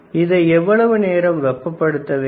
அதை எவ்வளவு நேரம் வெப்பப்படுத்த வேண்டும்